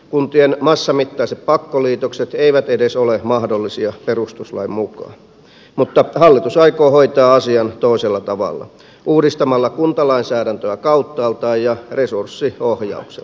kuntien massamittaiset pakkoliitokset eivät edes ole mahdollisia perustuslain mukaan mutta hallitus aikoo hoitaa asian toisella tavalla uudistamalla kuntalainsäädäntöä kauttaaltaan ja resurssiohjauksella